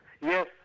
Yes